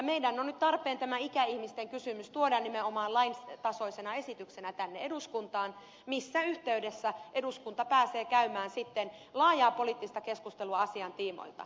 meidän on nyt tarpeen tämä ikäihmisten kysymys tuoda nimenomaan laintasoisena esityksenä tänne eduskuntaan missä yhteydessä eduskunta pääsee käymään sitten laajaa poliittista keskustelua asian tiimoilta